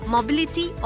Mobility